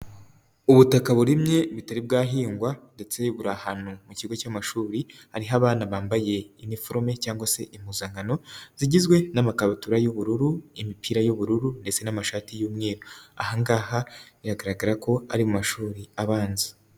Ubutaka burimye butari bwahingwa, ndetse buri ahantu mu kigo cy'amashuri, hariho abana bambaye iniforome cyangwa se impuzankano zigizwe n'amakabutura y'ubururu, imipira y'ubururu, ndetse n'amashati y'umweru. Ahangaha biragaragara ko ari mu mashuri abanza.